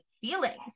feelings